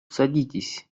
садитесь